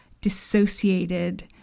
dissociated